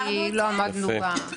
כי לא עמדנו בכמות.